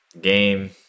game